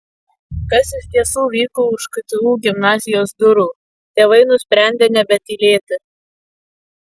kas iš tiesų vyko už ktu gimnazijos durų tėvai nusprendė nebetylėti